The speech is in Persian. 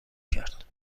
کرد